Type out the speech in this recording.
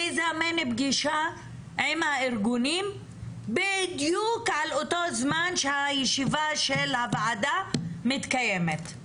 לזמן פגישה עם הארגונים בדיוק על אותו זמן שהישיבה של הוועדה מתקיימת.